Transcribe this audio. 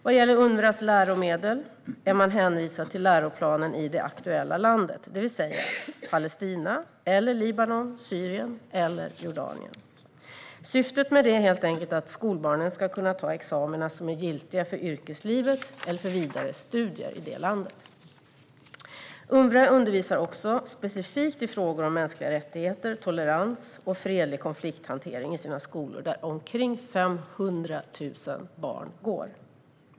Vad gäller Unrwas läromedel är man hänvisad till läroplanen i det aktuella landet, det vill säga Palestina, Libanon, Syrien eller Jordanien. Syftet med detta är helt enkelt att skolbarnen ska kunna ta examina som är giltiga för yrkeslivet eller för vidare studier i det landet. Unrwa undervisar också specifikt i frågor om mänskliga rättigheter, tolerans och fredlig konflikthantering i sina skolor, där omkring 500 000 barn går.